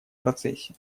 процессе